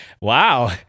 Wow